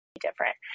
different